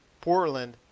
Portland